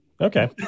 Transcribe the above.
okay